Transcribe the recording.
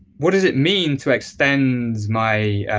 what does it mean to extend my